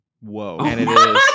Whoa